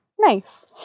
Nice